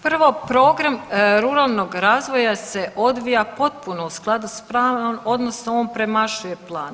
Prvo program ruralnog razvoja se odvija potpuno u skladu s planom odnosno on premašuje plan.